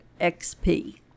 xp